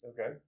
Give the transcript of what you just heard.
Okay